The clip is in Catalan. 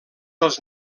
els